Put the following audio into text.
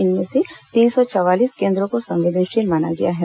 इनमें तीन सौ चवालीस केन्द्रों को संवेदनशील माना गया है